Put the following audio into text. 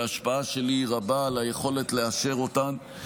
וההשפעה שלי היא רבה על היכולת לאשר אותן.